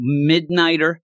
midnighter